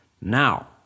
Now